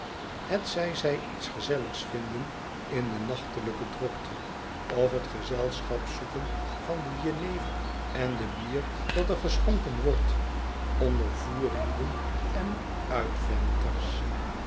hetzij zij iets gezelligs vinden in de nachtelijke drukte of het gezelschap zoeken van de jenever en het bier dat er geschonken wordt ond onder voerlieden en uitventers